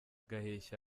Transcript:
gaheshyi